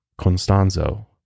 Constanzo